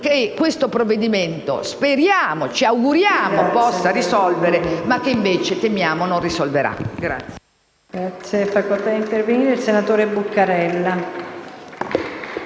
che questo provvedimento ci auguriamo possa risolvere, ma che invece temiamo non risolverà.